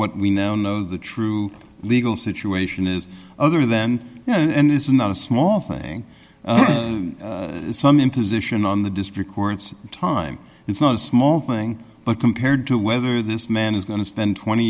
what we now know of the true legal situation is other than and is not a small thing some imposition on the district court's time is not a small thing but compared to whether this man is going to spend twenty